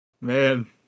Man